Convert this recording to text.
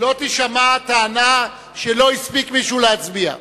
לא תישמע טענה שלא הספיק מישהו להצביע.